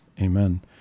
Amen